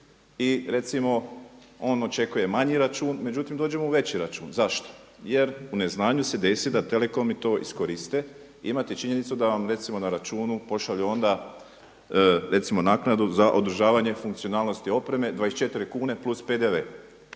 I recimo, on očekuje manji račun, međutim dođe mu veći račun. Zašto? Jer u neznanju se desi da telekomi to iskoriste i imate činjenicu da vam recimo na računu pošalju onda recimo naknadu za održavanje funkcionalnosti opreme 24 kune plus PDV.